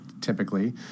typically –